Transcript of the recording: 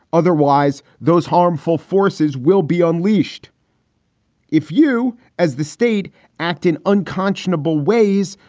otherwise, those harmful forces will be unleashed if you as the state act in unconscionable ways,